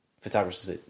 photographers